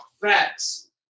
facts